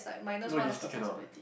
no he still cannot